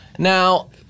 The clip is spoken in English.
Now